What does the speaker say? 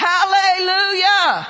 Hallelujah